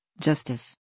Justice